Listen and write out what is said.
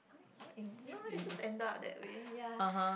Lao-Ying no it just ended up that way ya